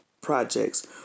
projects